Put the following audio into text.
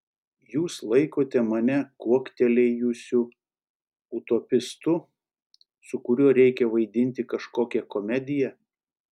jūs laikote mane kuoktelėjusiu utopistu su kuriuo reikia vaidinti kažkokią komediją